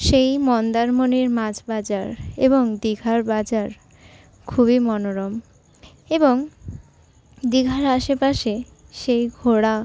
সেই মন্দারমনির মাছ বাজার এবং দীঘার বাজার খুবই মনোরম এবং দীঘার আশেপাশে সেই ঘোরা